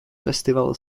festival